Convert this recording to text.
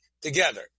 together